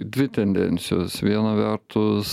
dvi tendencijos viena vertus